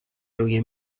روی